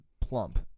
plump